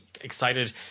excited